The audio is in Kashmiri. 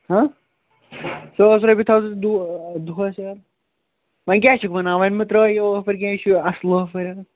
ہاں ساس رۄپیہِ تھاو ژٕ دۅہَس یارٕ وۅنۍ کیٛاہ چھُکھ وَنان وۅنۍ مہٕ ترٛاو یہِ آفر کیٚنٛہہ یہِ چھُ اَصٕل آفر یارا